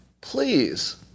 Please